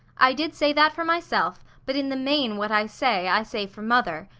i did say that for myself, but in the main what i say, i say for mother.